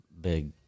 big